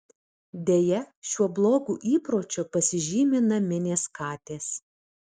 deja šiuo blogu įpročiu pasižymi naminės katės